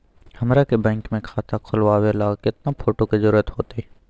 हमरा के बैंक में खाता खोलबाबे ला केतना फोटो के जरूरत होतई?